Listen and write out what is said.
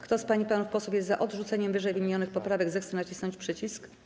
Kto z pań i panów posłów jest za odrzuceniem ww. poprawek, zechce nacisnąć przycisk.